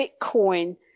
Bitcoin